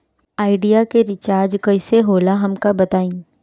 Idea के recharge कईसे होला हमका बताई?